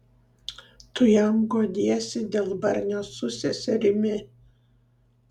tu jam guodiesi dėl barnio su seserimi